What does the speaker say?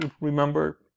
remember